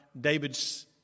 David's